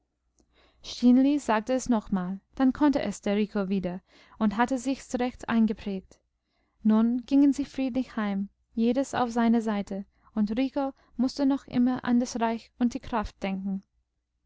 sagte es noch einmal dann konnte es der rico wieder und hatte sich's recht eingeprägt nun gingen sie friedlich heim jedes auf seine seite und rico mußte noch immer an das reich und die kraft denken